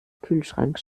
kühlschrank